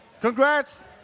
Congrats